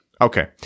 Okay